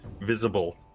visible